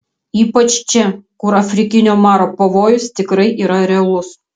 ypač čia kur afrikinio maro pavojus tikrai yra realus